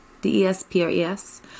D-E-S-P-R-E-S